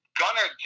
gunner